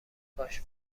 کاشت